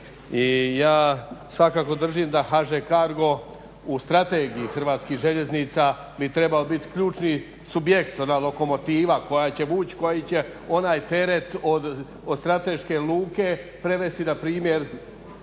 i ja svakako držim da HŽ Cargo u Strategiji HŽ-a bi trebao biti ključni subjekt ona lokomotiva koja će vući koja će onaj teret od strateške luke prevesti npr.